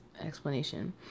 explanation